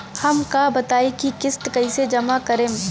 हम का बताई की किस्त कईसे जमा करेम?